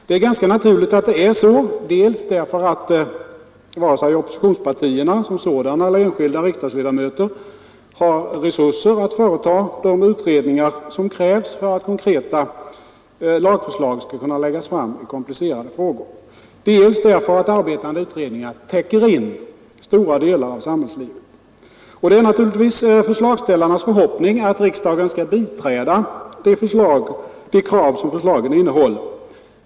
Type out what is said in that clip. Det är ganska naturligt att det är så, dels därför att varken oppositionspartierna som sådana eller enskilda riksdagsledamöter har resurser att företa de utredningar som krävs för att konkreta lagförslag skall kunna läggas fram i komplicerade frågor, dels därför att arbetande utredningar täcker in stora delar av samhällslivet. Det är naturligtvis förslagsställarnas förhoppning att riksdagen skall biträda de krav som förslagen innehåller.